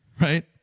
right